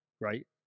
right